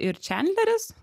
ir čendleris